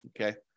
Okay